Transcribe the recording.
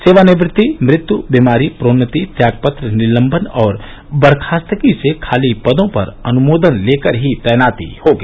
सेवानिवृत्ति मृत्यू बीमारी प्रोन्नति त्यागपत्र निलम्बन और बर्खास्तगी से खाली पदों पर अनुमोदन लेकर ही तैनाती होगी